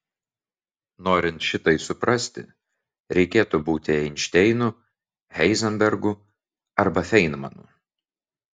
norint šitai suprasti reikėtų būti einšteinu heizenbergu arba feinmanu